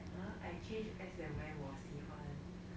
!huh! I change as and when 我喜欢